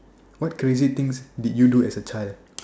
what crazy things did you do as a child